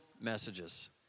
messages